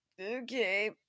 okay